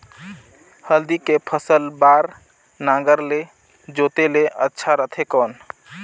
हल्दी के फसल बार नागर ले जोते ले अच्छा रथे कौन?